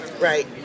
Right